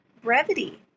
brevity